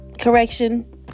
correction